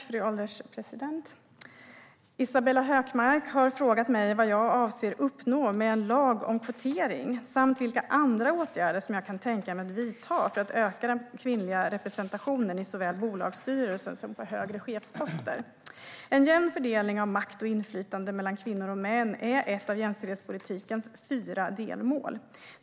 Fru ålderspresident! Isabella Hökmark har frågat mig vad jag avser att uppnå med en lag om kvotering samt vilka andra åtgärder som jag kan tänka mig att vidta för att öka den kvinnliga representationen i såväl bolagsstyrelser som på högre chefsposter. En jämn fördelning av makt och inflytande mellan kvinnor och män är ett av jämställdhetspolitikens fyra delmål.